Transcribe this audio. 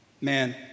man